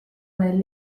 olen